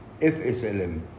FSLM